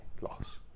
loss